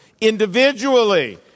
Individually